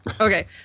Okay